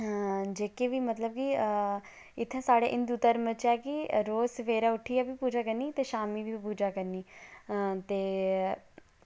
ते जेह्के बी मतलब कि इत्थै साढ़े हिंदु धर्म च ऐ कि रोज सबैह्रे उट्ठियै बी पूजा करनी ते शामीं उट्ठियै बी पूजा करनी ते